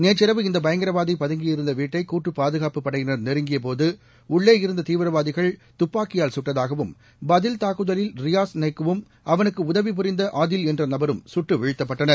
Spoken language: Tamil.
நேற்றிரவு இந்த பயங்கரவாதி பதுங்கியிருந்த வீட்டை கூட்டுப் பாதுகாப்பு படையினர் நெருங்கிய போது உள்ளே இருந்த தீவிரவாதிகள் துப்பாக்கியால் சுட்டதாகவும் பதில் தாக்குதலில் ரியாஸ் நைக்கு வும் அவனுக்கு உதவிபுரிந்த ஆதில் என்ற நபரும் சுட்டு வீழ்த்தப்பட்டனர்